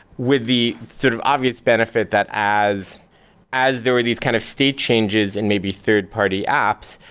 with the sort of obvious benefit that as as there were these kind of state changes and maybe third party apps,